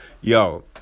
yo